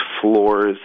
floors